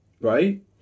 right